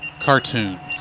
Cartoons